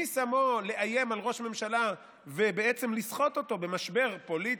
מי שמו לאיים על ראש ממשלה ובעצם לסחוט אותו במשבר פוליטי,